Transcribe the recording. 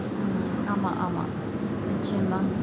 ஆமாம் ஆமாம் நிச்சயமா:aamaam aamaam nichsaiyamaa